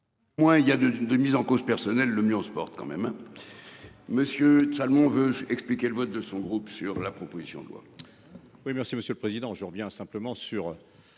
Moins il y a deux de mise en cause personnelle, le mieux on se porte quand même hein. Monsieur Salmon, veut s'expliquer le vote de son groupe sur la proposition de loi.